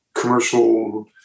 commercial